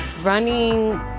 Running